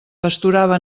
pasturava